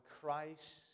Christ